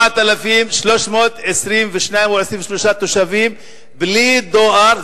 4,322 או 4,323 תושבים בלי דואר,